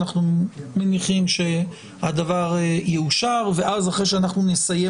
אנחנו מניחים שהדבר יאושר ואז אחרי שאנחנו נסיים